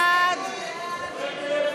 ההסתייגות של קבוצת סיעת